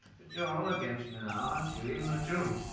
but you're all against me now aren't you? even the children